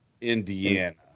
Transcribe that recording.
Indiana